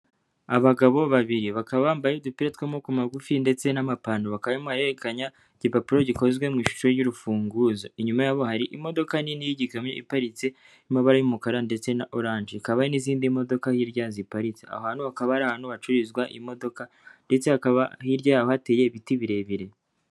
Abagabo babiri bakaba bambaye udupira tw'amaboko magufi, ndetse n'amapantaro. Bakaba barimo barahererekanya igipapuro gikozwe mu ishusho y'urufunguzo. Inyuma yabo hari imodoka nini y'igikamyo iparitse y'amabara y'umukara ndetse na orange. Hakaba hari n'izindi modoka hirya ziparitse. Aho hantu hakaba ari ahantu hacururizwa imodoka, ndetse hakaba hirya yaho hateye ibiti birebire.